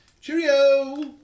cheerio